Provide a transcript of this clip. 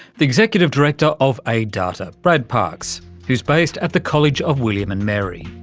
the executive director of aiddata, brad parks, who's based at the college of william and mary.